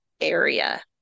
area